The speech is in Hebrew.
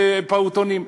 בגנים ובפעוטונים.